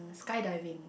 skydiving